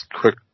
Quick